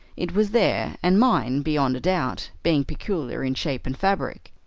it was there, and mine beyond a doubt, being peculiar in shape and fabric.